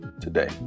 today